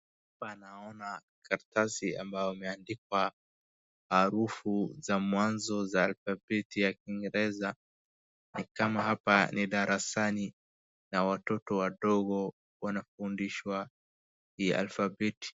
Hapa naona karatasi ambao umeandikwa herufi za mwanzo za alphabet ya kiingereza. Ni kama hapa ni darasani na watoto wadogo wanafundishwa hii alphabet .